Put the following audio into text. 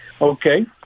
Okay